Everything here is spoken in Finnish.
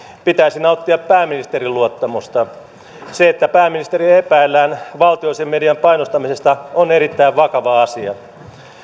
pitäisi nauttia pääministerin luottamusta se että pääministeriä epäillään valtiollisen median painostamisesta on erittäin vakava asia